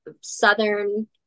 Southern